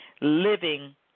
living